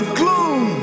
gloom